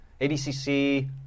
ADCC